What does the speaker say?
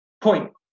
point